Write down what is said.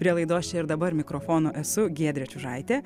prie laidos čia ir dabar mikrofono esu giedrė čiužaitė